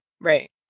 Right